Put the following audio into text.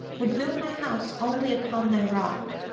would build my house only upon thy rock,